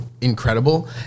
incredible